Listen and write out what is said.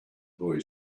boy